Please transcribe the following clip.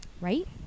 right